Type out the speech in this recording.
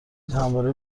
همواره